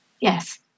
Yes